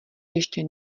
ještě